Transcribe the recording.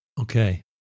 Okay